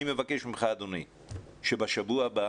אני מבקש ממך אדוני שבשבוע הבא